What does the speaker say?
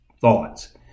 thoughts